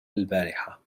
البارحة